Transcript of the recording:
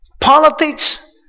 politics